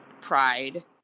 pride